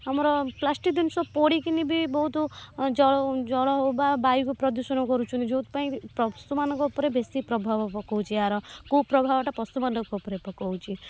ଆମର ପ୍ଲାଷ୍ଟିକ୍ ଜିନିଷ ପୋଡ଼ିକିନି ବି ବହୁତ ଜଳ ଜଳ ହଉ ବା ବାୟୁକୁ ପ୍ରଦୂଷଣ କରୁଛନ୍ତି ଯେଉଁଥିପାଇଁ ପଶୁମାନଙ୍କ ଉପରେ ବେଶୀ ପ୍ରଭାବ ପକାଉଛି ଏହାର କୁପ୍ରଭାବଟା ପଶୁମାନଙ୍କ ଉପରେ ପକାଉଛି